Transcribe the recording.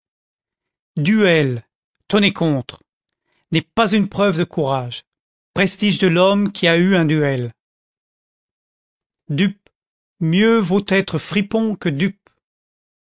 duel tonner contre n'est pas une preuve de courage prestige de l'homme qui a eu un duel dupe mieux vaut être fripon que dupe